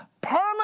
permanent